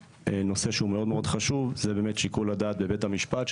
נושא שהוא גם חשוב מאוד הוא נושא שיקול הדעת בבית המשפט,